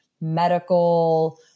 medical